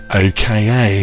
aka